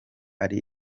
ari